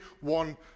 one